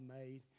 made